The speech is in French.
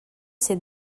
ces